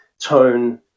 tone